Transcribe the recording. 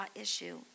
issue